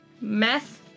Meth